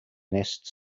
nest